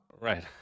Right